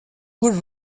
good